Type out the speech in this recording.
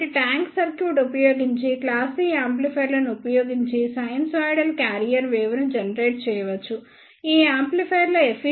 కాబట్టి tank circuit ఉపయోగించి class C యాంప్లిఫైయర్లను ఉపయోగించి సైనూసోయిడల్ క్యారియర్ వేవ్ను జెనరేట్ చేయవచ్చు ఈ యాంప్లిఫైయర్ల ఎఫిషియెన్సీ 95